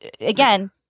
again